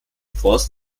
forst